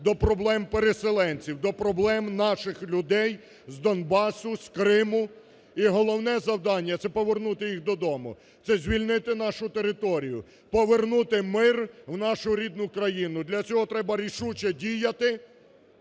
до проблем переселенців, до проблем наших людей з Донбасу, з Криму. І головне завдання – це повернути їх додому, це звільнити нашу територію, повернути мир в нашу рідну країну. Для цього треба рішуче діяти,